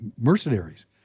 mercenaries